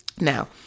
Now